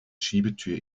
schiebetür